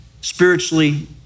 spiritually